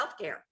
Healthcare